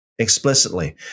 Explicitly